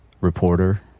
reporter